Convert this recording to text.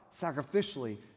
sacrificially